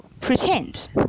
pretend